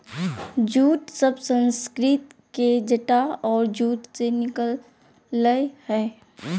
jute शब्द संस्कृत के जटा और जूट से निकल लय हें